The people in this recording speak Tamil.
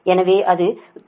எனவே அது 11